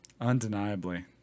undeniably